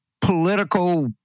political